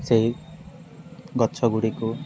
ସେହି ଗଛଗୁଡ଼ିକୁ